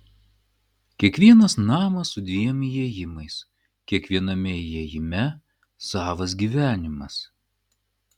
kiekvienas namas su dviem įėjimais kiekviename įėjime savas gyvenimas